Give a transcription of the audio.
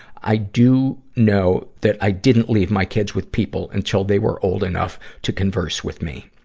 i do know that i didn't leave my kids with people until they were old enough to converse with me.